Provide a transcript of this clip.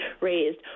raised